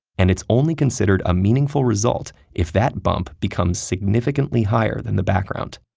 and it's only considered a meaningful result if that bump becomes significantly higher than the background.